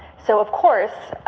so of course,